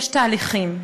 יש תהליכים.